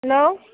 hello